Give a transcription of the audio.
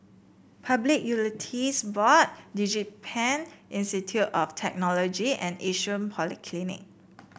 Public Utilities Board DigiPen Institute of Technology and Yishun Polyclinic